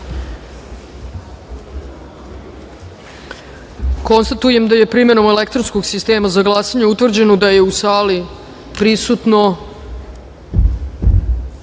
glasanje. Konstatujem da je primenom elektronskog sistema za glasanje utvrđeno da je u sali prisutno